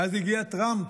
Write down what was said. ואז הגיע טראמפ,